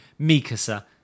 Mikasa